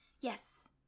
yes